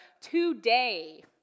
today